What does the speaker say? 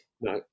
No